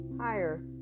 higher